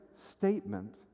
statement